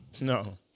No